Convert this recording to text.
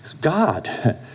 God